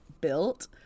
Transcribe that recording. built